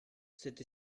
cette